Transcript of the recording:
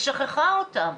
ושכחה אותם.